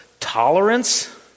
Tolerance